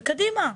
וקדימה,